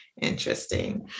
interesting